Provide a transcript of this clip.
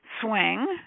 swing